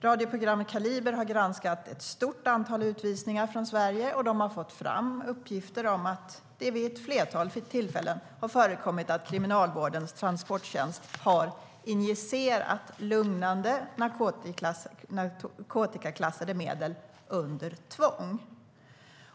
Radioprogrammet Kaliber har granskat ett stort antal utvisningar från Sverige, och de har fått fram uppgifter om att det vid ett flertal tillfällen har förekommit att Kriminalvårdens transporttjänst har injicerat lugnande narkotikaklassade medel under tvång.